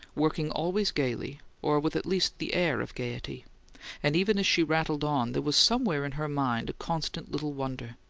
working always gaily, or with at least the air of gaiety and even as she rattled on, there was somewhere in her mind a constant little wonder.